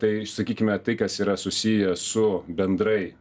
tai sakykime tai kas yra susiję su bendrai